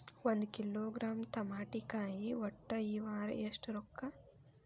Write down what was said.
ಒಂದ್ ಕಿಲೋಗ್ರಾಂ ತಮಾಟಿಕಾಯಿ ಒಟ್ಟ ಈ ವಾರ ಎಷ್ಟ ರೊಕ್ಕಾ?